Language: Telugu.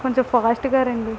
కొంచెం ఫాస్ట్గా రండి